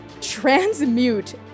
transmute